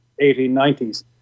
1890s